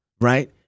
right